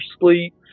sleep